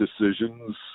decisions